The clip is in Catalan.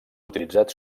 utilitzat